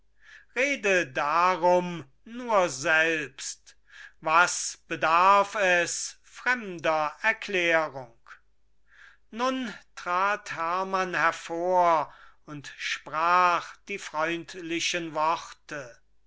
rede darum nur selbst was bedarf es fremder erklärung nun trat hermann hervor und sprach die freundlichen worte